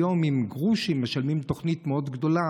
היום משלמים גרושים על תוכנית מאוד גדולה,